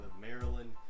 Maryland